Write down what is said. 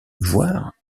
voire